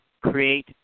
create